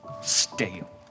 stale